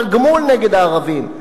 תגמול נגד הערבים,